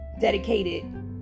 dedicated